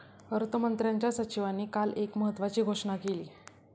अर्थमंत्र्यांच्या सचिवांनी काल एक महत्त्वाची घोषणा केली